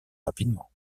rapidement